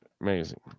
Amazing